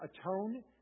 atone